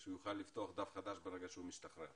שהוא יוכל לפתוח דף חדש ברגע שהוא משתחרר.